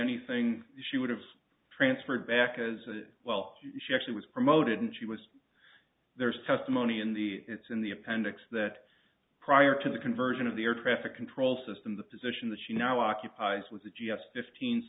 anything she would have transferred back as well she actually was promoted and she was there's testimony in the it's in the appendix that prior to the conversion of the air traffic control system the position that she now occupies was a g s fifteen